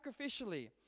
sacrificially